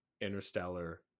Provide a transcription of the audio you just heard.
interstellar